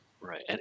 Right